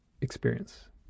experience